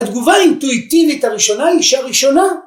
התגובה האינטואיטיבית הראשונה היא שהראשונה.